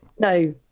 No